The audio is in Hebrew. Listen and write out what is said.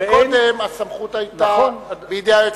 קודם הסמכות היתה בידי היועץ